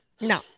No